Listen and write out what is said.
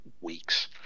weeks